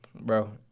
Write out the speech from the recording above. Bro